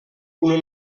una